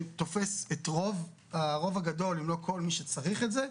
שתופס את הרוב הגדול, אם לא כל מי שצריך את זה.